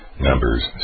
Numbers